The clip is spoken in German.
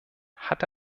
hatte